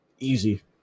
Easy